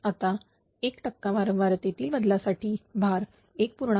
आता 1 टक्का वारंवार तेतील बदलासाठी भार 1